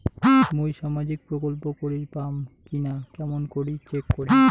মুই সামাজিক প্রকল্প করির পাম কিনা কেমন করি চেক করিম?